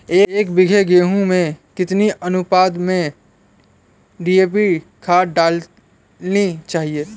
एक बीघे गेहूँ में कितनी अनुपात में डी.ए.पी खाद डालनी चाहिए?